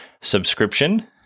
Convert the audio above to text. subscription